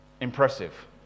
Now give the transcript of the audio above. impressive